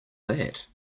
that